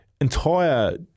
entire